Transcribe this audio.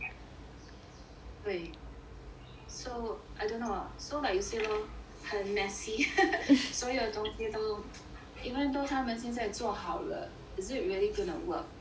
对 so I don't know so like you say lor 很 messy 所有的东西都 even though 他们现在做好了 is it going to work